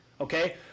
Okay